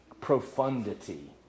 profundity